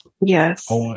Yes